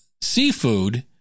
seafood